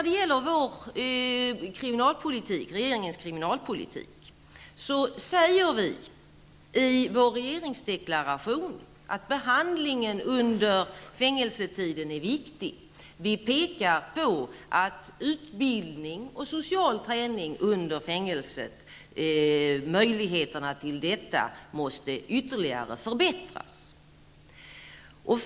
Beträffande regeringens kriminalpolitik säger vi i vår regeringsdeklaration att behandlingen under fängelsetiden är viktig. Vi pekar på att möjligheterna till utbildning och social träning under fängelsetiden ytterligare måste förbättras.